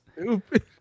stupid